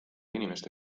inimeste